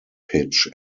pitch